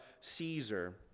Caesar